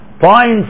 Point